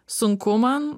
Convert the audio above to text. sunku man